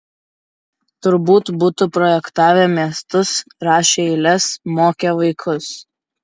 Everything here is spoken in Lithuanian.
turbūt būtų projektavę miestus rašę eiles mokę vaikus